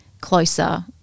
closer